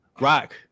Rock